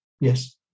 Yes